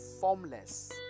formless